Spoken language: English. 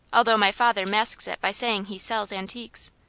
although my father masks it by saying he sells antiques.